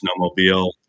snowmobile